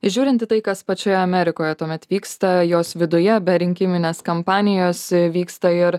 žiūrint į tai kas pačioje amerikoje tuomet vyksta jos viduje be rinkiminės kampanijos vyksta ir